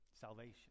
salvation